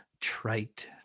trite